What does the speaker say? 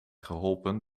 geholpen